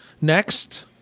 Next